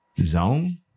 zone